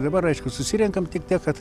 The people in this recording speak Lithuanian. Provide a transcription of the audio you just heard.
dabar aišku susirenkam tik tiek kad